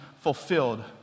fulfilled